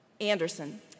Anderson